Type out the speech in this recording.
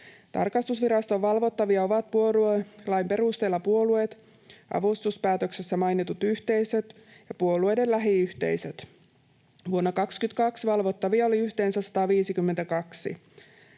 Tarkastusviraston valvottavia ovat puoluelain perusteella puolueet, avustuspäätöksessä mainitut yhteisöt ja puolueiden lähiyhteisöt. Vuonna 22 valvottavia oli yhteensä 152.